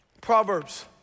Proverbs